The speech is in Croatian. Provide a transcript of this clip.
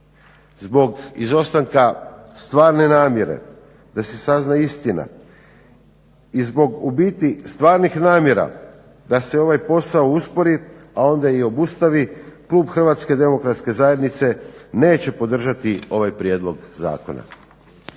zbog izostanka stvarne namjere da se sazna istina i zbog u biti stvarnih namjera da se ovaj posao uspori, a onda i obustavi klub Hrvatske demokratske zajednice neće podržati ovaj prijedlog zakona.